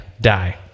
die